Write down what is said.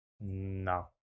No